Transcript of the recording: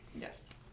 yes